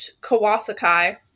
Kawasaki